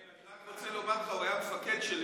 אני רק רוצה לומר לך, הוא היה המפקד שלי,